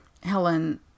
Helen